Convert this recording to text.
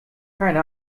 keine